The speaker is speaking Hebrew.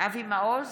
אבי מעוז,